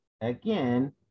Again